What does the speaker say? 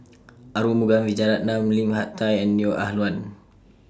Arumugam Vijiaratnam Lim Hak Tai and Neo Ah Luan